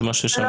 זה מה ששמענו.